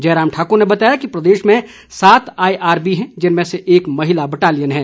जयराम ठाक्र ने बताया कि प्रदेश में सात आईआरबी हैं जिनमें से एक महिला बटालियन है